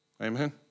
Amen